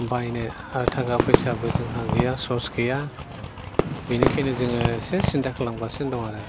बायनो थाखा फैसाबो जोंहा गैया सर्स गैया बिनिखायनो जोङो एसे सिन्था खालामगासिनो दं आरो